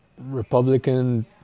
Republican